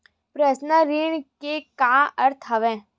Personal ऋण के का अर्थ हवय?